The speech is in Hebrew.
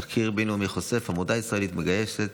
תחקיר בין-לאומי חושף: עמותה ישראלית מגייסת